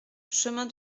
chemin